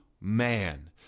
man